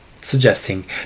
suggesting